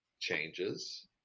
changes